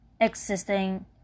existing